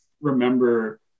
remember